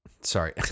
sorry